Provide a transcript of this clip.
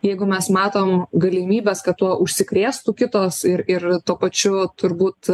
jeigu mes matom galimybes kad tuo užsikrėstų kitos ir ir tuo pačiu turbūt